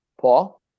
Paul